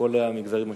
ובכל המגזרים השונים.